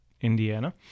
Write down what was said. Indiana